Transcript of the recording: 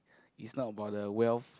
is not about the wealth